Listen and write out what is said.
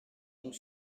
donc